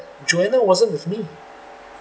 joanna wasn't with me